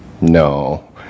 No